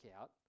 out